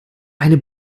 eine